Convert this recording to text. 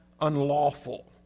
unlawful